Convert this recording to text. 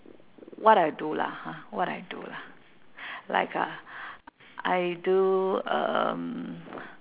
what I do lah ha what I do lah like uh I do um